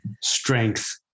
strength